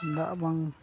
ᱫᱟᱜ ᱵᱟᱝ